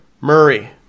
Murray